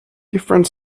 different